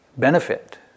benefit